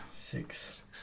six